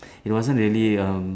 it wasn't really um